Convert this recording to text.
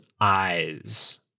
eyes